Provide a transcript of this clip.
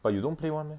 but you don't play [one] meh